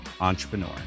entrepreneur